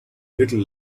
little